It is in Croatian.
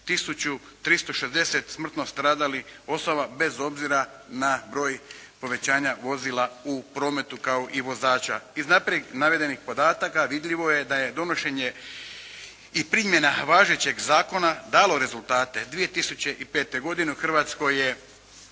360 smrtno stradalih osoba bez obzira na broj povećanja vozila u prometu kao i vozača. Iz naprijed navedenih podataka vidljivo je da je donošenje i primjena važećeg zakona dalo rezultate. 2005. godine u Hrvatskoj je